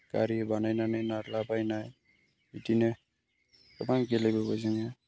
गारि बानायनानै नारलाबायनाय बिदिनो गोबां गेलेबोबाय जोङो